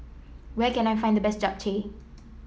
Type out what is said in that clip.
where can I find the best Japchae